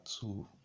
two